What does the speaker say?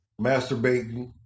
Masturbating